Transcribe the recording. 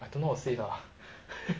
I don't know how to say ah